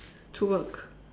to work